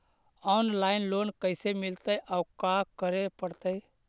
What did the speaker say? Online loan कैसे मिलतै औ का करे पड़तै?